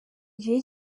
gihe